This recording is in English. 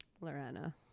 Lorena